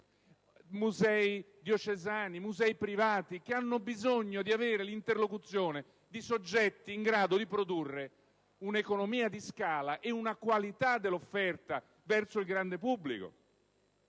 musei diocesani, musei privati, che hanno bisogno di avere l'interlocuzione di soggetti in grado di produrre un'economia di scala ed una qualità dell'offerta verso il grande pubblico,